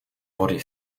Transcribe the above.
vody